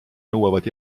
nõuavad